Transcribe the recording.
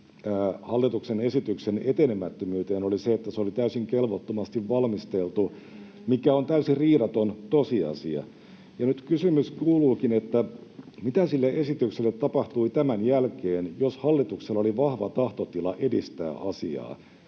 hallituksen esityksen etenemättömyyteen oli se, että se oli täysin kelvottomasti valmisteltu, mikä on täysin riidaton tosiasia. Ja nyt kysymys kuuluukin, mitä sille esitykselle tapahtui tämän jälkeen, jos hallituksella oli vahva tahtotila edistää asiaa.